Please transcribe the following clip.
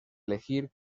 elegir